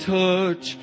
touch